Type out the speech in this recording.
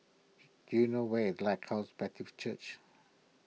do you know where Lighthouse Baptist Church